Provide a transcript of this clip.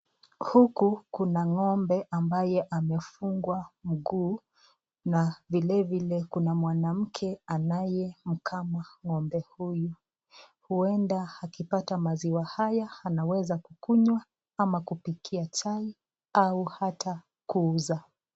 Huku kuna ng'ombe ambaye amefungwa mguu na vilevile kuna mwanamke anayemkama ng'ombe huyu, huenda akipata maziwa haya anaweza kukunywa ama kupikia chai au ata kuuza.